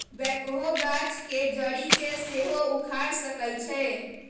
backhoe गाछ के जड़ी के सेहो उखाड़ सकइ छै